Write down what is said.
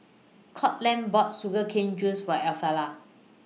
Courtland bought Sugar Cane Juice For Elfreda